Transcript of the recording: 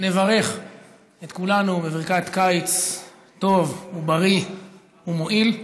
נברך את כולנו בברכת קיץ טוב ובריא ומועיל,